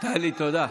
טלי תודה.